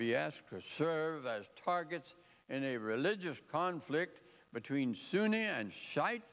be asked to serve as targets in a religious conflict between sunni and sh